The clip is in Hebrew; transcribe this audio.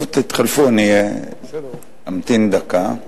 טוב, תתחלפו, אני אמתין דקה,